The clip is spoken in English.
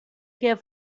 care